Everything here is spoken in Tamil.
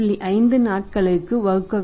5 நாட்களுக்கு வகுக்க வேண்டும்